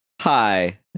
Hi